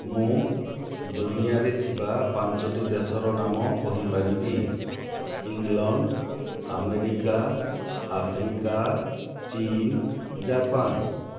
ମୁଁ ଦୁନିଆରେ ଥିବା ପାଞ୍ଚଟି ଦେଶର ନାମ କହିପାରିବି ଇଂଲଣ୍ଡ ଆମେରିକା ଆଫ୍ରିକା ଚୀନ ଜାପାନ